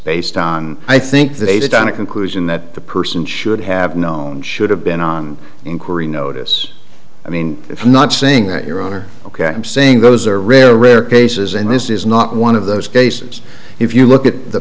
based on i think they've done a conclusion that the person should have known should have been on inquiry notice i mean if i'm not saying that your honor ok i'm saying those are rare rare cases and this is not one of those cases if you look